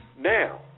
now